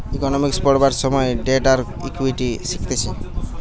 economics পড়বার সময় debt আর ইকুইটি শিখতিছে